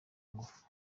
ngufu